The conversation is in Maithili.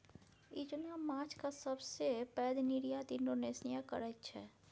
इचना माछक सबसे पैघ निर्यात इंडोनेशिया करैत छै